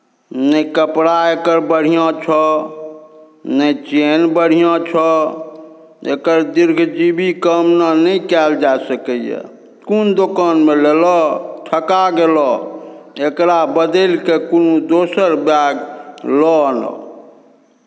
नहि कपड़ा एकर बढ़ियाँ छह नहि चेन बढ़ियाँ छह एकर दीर्घजीवी कामना नहि कयल जा सकैए कोन दोकानमे लेलह ठका गेलह एकरा बदलि कऽ कोनो दोसर बैग लऽ आनह